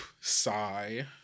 sigh